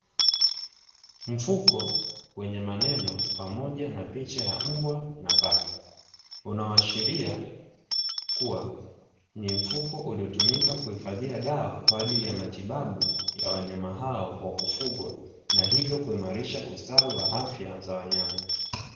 Mfuko wenye maneno pamoja na picha ya mbwa na paka unaoashiria kuwa ni mfuko uliotumika kuhifadhia dawa kwa ajili ya matibabu ya wanyama hao wa kufugwa, na hivyo kuimarisha ustawi wa afya za wanyama.